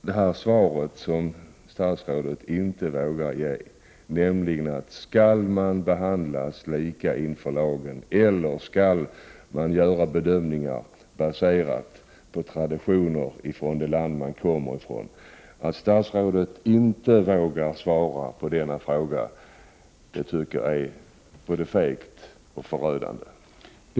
Den fråga som statsrådet inte vågade ge svar på är: Skall människor behandlas lika inför lagen, eller skall domstolen göra en bedömning baserad på traditioner från det land personen kommer ifrån? Att statsrådet inte vågar svara på denna fråga tycker jag är både fegt och förödande.